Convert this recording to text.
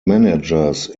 managers